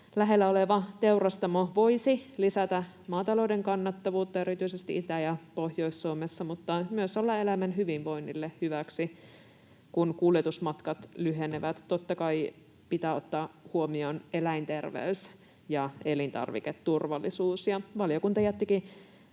Lähellä oleva teurastamo voisi lisätä maatalouden kannattavuutta erityisesti Itä- ja Pohjois-Suomessa mutta myös olla eläimen hyvinvoinnille hyväksi, kun kuljetusmatkat lyhenevät. Totta kai pitää ottaa huomioon eläinterveys ja elintarviketurvallisuus. Valiokunta jättikin